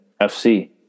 FC